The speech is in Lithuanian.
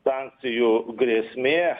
sankcijų grėsmė